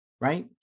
right